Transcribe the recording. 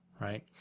right